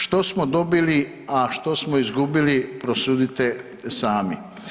Što smo dobili a što smo izgubili, prosudite sami.